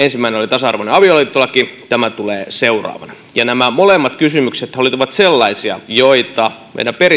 tasa arvoinen avioliittolaki tämä tulee seuraavana ja nämä molemmat kysymyksethän olivat sellaisia joita meidän